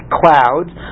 clouds